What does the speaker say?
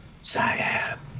Siam